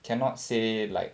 cannot say like